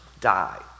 die